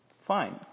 Fine